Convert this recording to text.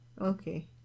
okay